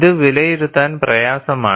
ഇത് വിലയിരുത്താൻ പ്രയാസമാണ്